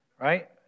right